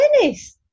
Finished